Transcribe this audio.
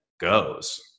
goes